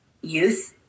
youth